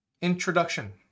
Introduction